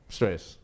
Stress